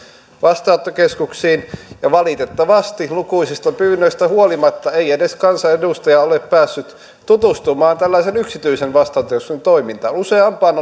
vastaanottokeskuksiin mutta valitettavasti lukuisista pyynnöistä huolimatta ei edes kansanedustaja ole päässyt tutustumaan tällaisen yksityisen vastaanottokeskuksen toimintaan useampaan